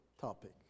topic